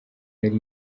yari